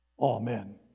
Amen